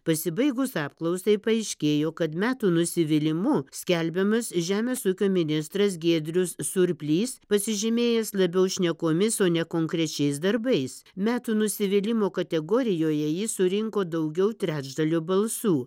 pasibaigus apklausai paaiškėjo kad metų nusivylimu skelbiamas žemės ūkio ministras giedrius surplys pasižymėjęs labiau šnekomis o ne konkrečiais darbais metų nusivylimo kategorijoje jis surinko daugiau trečdalio balsų